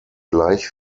gleich